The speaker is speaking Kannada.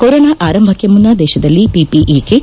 ಕೊರೊನಾ ಆರಂಭಕ್ಕೆ ಮುನ್ನ ದೇಶದಲ್ಲಿ ಪಿಪಿಇ ಕಿಟ್